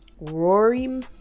Rory